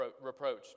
reproach